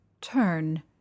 turn